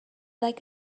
like